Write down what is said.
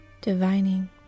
divining